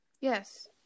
Yes